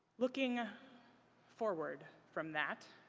looking forward from that.